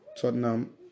Tottenham